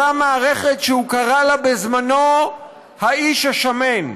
אותה מערכת שהוא קרא לה בזמנו "האיש השמן".